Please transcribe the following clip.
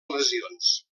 lesions